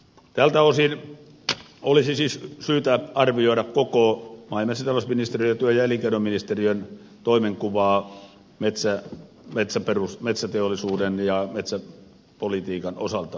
tältä osin olisi siis syytä arvioida koko maa ja metsätalousministeriön ja työ ja elinkeinoministeriön toimenkuvaa metsäteollisuuden ja metsäpolitiikan osalta uudestaan